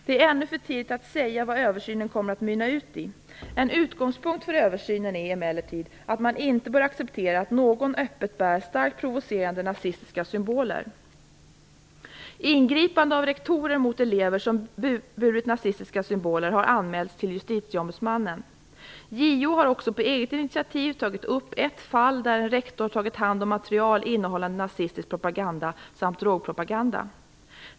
Det är ännu för tidigt att säga vad översynen kommer att mynna ut i. En utgångspunkt för översynen är emellertid att man inte bör acceptera att någon öppet bär starkt provocerande nazistiska symboler. Ingripande av rektorer mot elever som burit nazistiska symboler har anmälts till Justitieombudsmannen. JO har också på eget initiativ tagit upp ett fall där en rektor tagit hand om material innehållande nazistisk propaganda samt drogpropaganda.